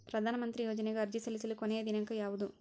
ಪ್ರಧಾನ ಮಂತ್ರಿ ಯೋಜನೆಗೆ ಅರ್ಜಿ ಸಲ್ಲಿಸಲು ಕೊನೆಯ ದಿನಾಂಕ ಯಾವದು?